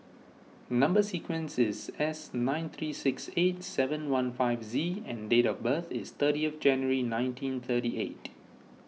Number Sequence is S nine three six eight seven one five Z and date of birth is thirty of January nineteen thirty eight